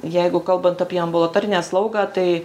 jeigu kalbant apie ambulatorinę slaugą tai